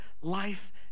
life